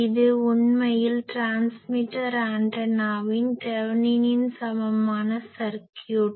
இது உண்மையில் ட்ரான்ஸ்மிட்டர் ஆண்டெனாவின் தெவெனினின் சமமான சர்க்யூட்